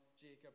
Jacob